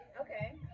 Okay